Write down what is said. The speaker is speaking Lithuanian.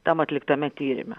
tam atliktame tyrime